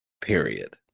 period